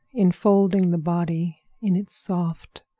enfolding the body in its soft,